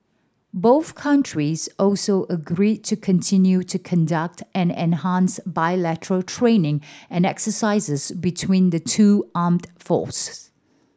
both countries also agreed to continue to conduct and enhance bilateral training and exercises between the two armed force